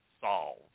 solve